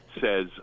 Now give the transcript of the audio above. says